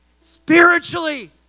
Spiritually